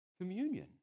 Communion